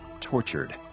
tortured